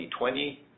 2020